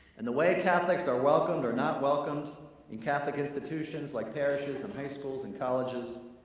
and the way catholics are welcomed or not welcomed in catholic institutions like parishes and high schools and colleges,